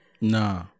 Nah